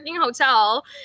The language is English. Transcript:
hotel